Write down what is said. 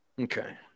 okay